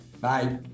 Bye